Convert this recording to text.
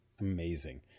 amazing